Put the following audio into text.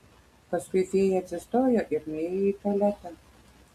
paskui fėja atsistojo ir nuėjo į tualetą